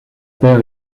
père